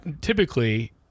Typically